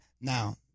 Now